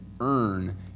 earn